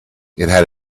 had